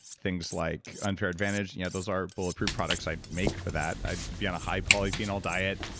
things like unfair advantage. you know those are bulletproof products i make for that. i'd be on a high polyphenol diet,